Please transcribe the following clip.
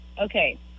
Okay